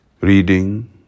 Reading